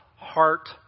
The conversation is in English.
heart